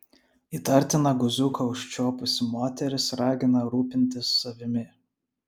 įtartiną guziuką užčiuopusi moteris ragina rūpintis savimi